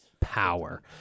power